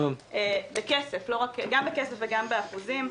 גם בכסף וגם באחוזים.